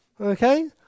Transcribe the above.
Okay